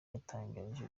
yatangaje